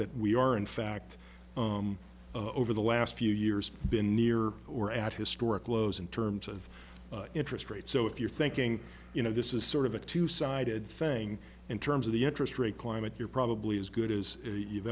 that we are in fact over the last few years been near or at historic lows in terms of interest rate so if you're thinking you know this is sort of a two sided thing in terms of the interest rate climate you're probably as good as you've